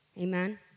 Amen